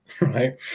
right